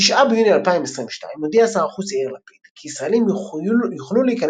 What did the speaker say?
ב-9 ביוני 2022 הודיע שר החוץ יאיר לפיד כי ישראלים יוכלו להיכנס